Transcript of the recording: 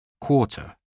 quarter